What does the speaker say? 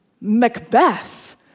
Macbeth